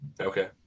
Okay